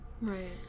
Right